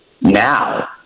Now